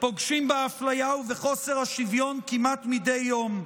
פוגשים באפליה ובחוסר השוויון כמעט מדי יום,